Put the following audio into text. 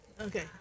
Okay